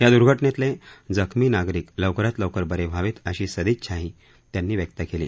या द्र्घटनेतले जखमी नागरिक लवकरात लवकर बरे व्हावेत अशी सदिच्छाही त्यांनी व्यक्त केली